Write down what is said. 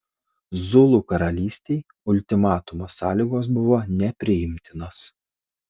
zulų karalystei ultimatumo sąlygos buvo nepriimtinos